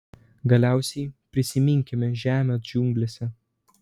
galiausiai prisiminkime žemę džiunglėse